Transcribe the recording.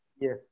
yes